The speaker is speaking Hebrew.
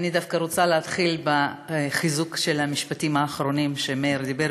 אני דווקא רוצה להתחיל בחיזוק של המשפטים האחרונים שמאיר אמר.